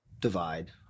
divide